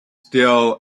still